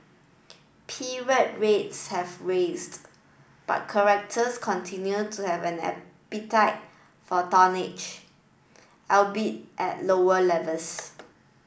period rates have raised but charterers continued to have an appetite for tonnage albeit at lower levels